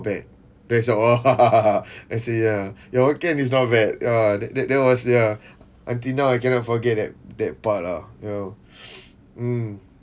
bad damn shiok ah I say ya your hokkien is not bad ya that that that was ya until now I cannot forget that that part lah you know mm